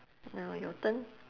now your turn